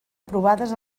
aprovades